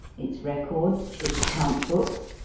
its records, its account books,